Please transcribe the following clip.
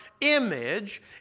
image